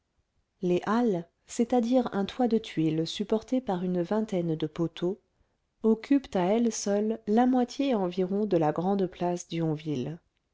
les halles c'est-à-dire un toit de tuiles supporté par une vingtaine de poteaux occupent à elles seules la moitié environ de la grande place d'yonville